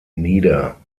nieder